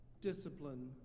Discipline